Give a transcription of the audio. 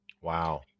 Wow